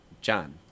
John